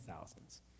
thousands